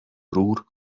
broer